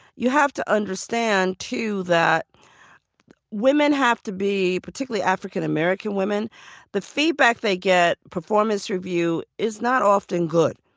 you have to understand too, that women have to be particularly african-american women the feedback they get, performance review, is not often good.